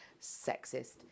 sexist